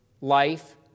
life